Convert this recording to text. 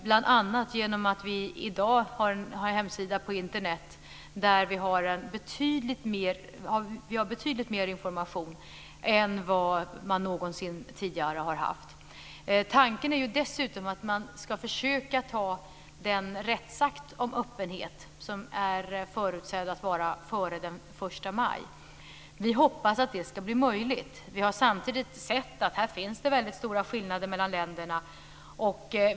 Bl.a. har vi i dag en hemsida på Internet där vi har betydligt mer information än vad man någonsin tidigare har haft. Tanken är dessutom att man ska försöka anta den rättsakt om öppenhet som är förutsedd att vara före den 1 maj. Vi hoppas att det ska bli möjligt. Vi har samtidigt sett att här finns det stora skillnader mellan länderna.